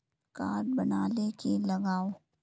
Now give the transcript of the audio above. Card बना ले की लगाव?